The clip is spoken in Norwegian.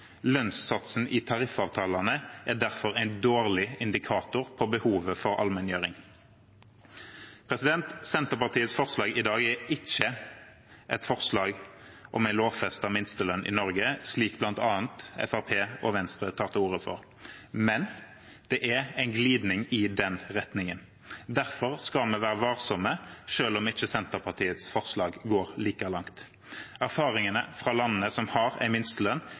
Lønnssatsen i tariffavtalene er derfor en dårlig indikator på behovet for allmenngjøring. Senterpartiets forslag i dag er ikke et forslag om en lovfestet minstelønn i Norge, slik bl.a. Fremskrittspartiet og Venstre tar til orde for, men det er en glidning i den retningen. Derfor skal vi være varsomme, selv om ikke Senterpartiets forslag går like langt. Erfaringene fra landene som har en minstelønn,